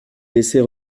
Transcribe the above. laisser